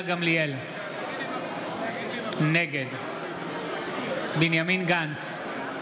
נגד בנימין גנץ,